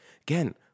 again